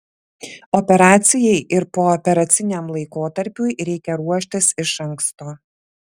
operacijai ir pooperaciniam laikotarpiui reikia ruoštis iš anksto